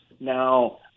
now